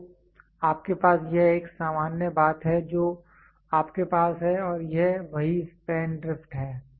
तो आपके पास यह एक सामान्य बात है जो आपके पास है और यह वही स्पैन ड्रिफ्ट है